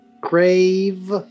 grave